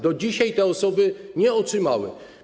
Do dzisiaj te osoby tego nie otrzymały.